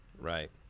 Right